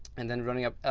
and then running up,